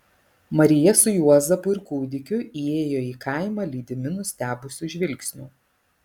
marija su juozapu ir kūdikiu įėjo į kaimą lydimi nustebusių žvilgsnių